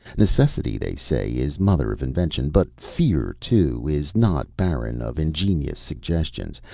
necessity, they say, is mother of invention, but fear, too, is not barren of ingenious suggestions.